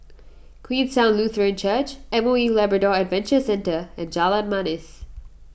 Queenstown Lutheran Church Moe Labrador Adventure Centre and Jalan Manis